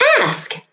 ask